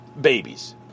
babies